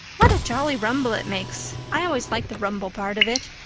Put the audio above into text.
what a jolly rumble it makes! i always like the rumble part of it.